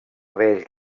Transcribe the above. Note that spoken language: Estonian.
veel